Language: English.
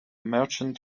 merchant